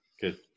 Good